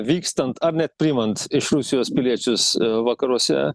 vykstant ar net priimant iš rusijos piliečius vakaruose